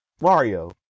Mario